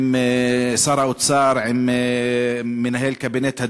עם שר האוצר, עם מנהל קבינט הדיור.